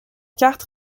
carte